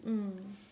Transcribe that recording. mm